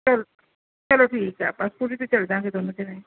ਚੱਲ ਚਲੋ ਠੀਕ ਹੈ ਆਪਾਂ ਸਕੂਟੀ 'ਤੇ ਚੱਲ ਜਾਂਗੇ ਦੋਨੇ ਜਣੇ